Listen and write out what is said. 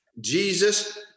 jesus